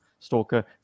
stalker